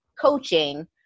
coaching